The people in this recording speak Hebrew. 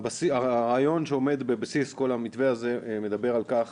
הרעיון שעומד בבסיס על המתווה הזה מדבר על כך